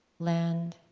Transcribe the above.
land